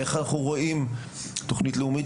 איך אנחנו רואים תוכנית לאומית,